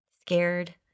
scared